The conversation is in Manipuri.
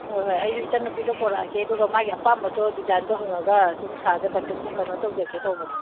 ꯍꯣꯏ ꯍꯣꯏ ꯑꯩꯁꯨ ꯏꯆꯟ ꯅꯨꯄꯤꯗꯣ ꯄꯣꯔꯛꯑꯒꯦ ꯑꯗꯨꯒ ꯃꯥꯒꯤ ꯑꯄꯥꯝꯕꯗꯣ ꯗꯤꯖꯥꯏꯟꯗꯣ ꯍꯪꯉꯒ ꯁꯨꯝ ꯁꯥꯔꯗ ꯀꯟꯇꯦꯛ ꯀꯩꯅꯣ ꯇꯧꯖꯒꯦ ꯇꯧꯕꯅꯤ